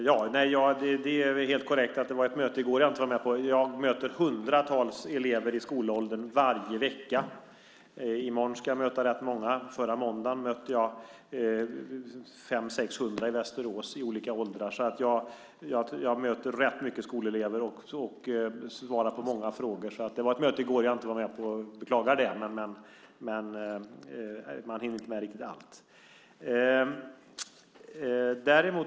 Herr talman! Det är helt korrekt att det var ett möte i går som jag inte var med på. Jag möter hundratals elever i skolåldern varje vecka. I morgon ska jag möta rätt många. Förra måndagen mötte jag 500-600 i Västerås i olika åldrar. Jag möter rätt många skolelever och svarar på många frågor. Jag beklagar att det var ett möte i går som jag inte var med på. Men man hinner inte med riktigt allt.